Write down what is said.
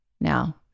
now